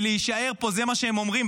בשביל להישאר פה, זה מה שהם אומרים.